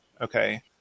okay